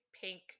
pink